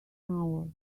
hour